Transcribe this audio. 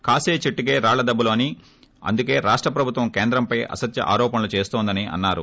కాసీ చెట్టుకే రాళ్ల దెబ్బలు అని అందుకే రాష్ట ప్రభుత్వం కేంద్రంపై అసత్య ఆరోపణలు చేస్తోందని అన్సారు